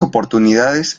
oportunidades